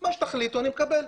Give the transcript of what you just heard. ומה שתחליטו, אני אקבל.